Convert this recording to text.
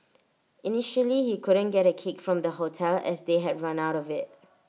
initially he couldn't get A cake from the hotel as they had run out of IT